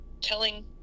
telling